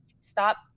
stop